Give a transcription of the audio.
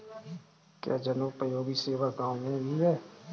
क्या जनोपयोगी सेवा गाँव में भी है?